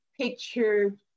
picture